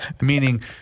Meaning